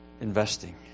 investing